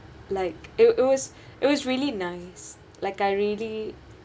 like it was it was it was really nice like I really